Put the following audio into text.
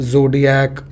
Zodiac